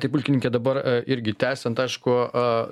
taip pulkininke dabar irgi tęsiant aišku